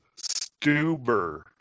Stuber